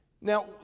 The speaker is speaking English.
Now